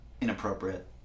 Inappropriate